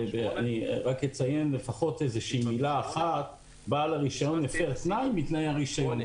אני רק אציין מילה אחת: "בעל הרישיון הפר תנאי מתנאי הרישיון".